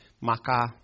Maka